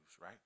right